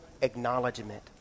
acknowledgement